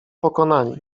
pokonani